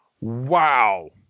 Wow